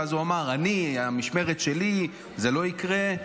ואז הוא אמר: במשמרת שלי זה לא יקרה.